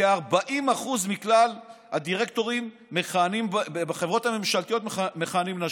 כ-40% מכלל הדירקטורים המכהנים בחברות הממשלתיות הם נשים.